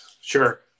Sure